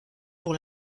pour